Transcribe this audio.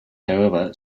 however